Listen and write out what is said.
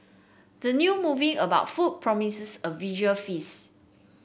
the new movie about food promises a visual feasts